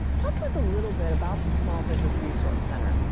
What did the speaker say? talk to us a little bit about the small business resource center.